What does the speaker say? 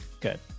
good